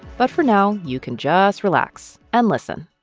but for now, you can just relax and listen